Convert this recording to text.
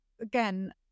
again